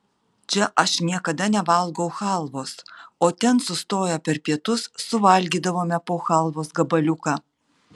čia aš niekada nevalgau chalvos o ten sustoję per pietus suvalgydavome po chalvos gabaliuką